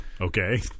Okay